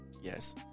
Yes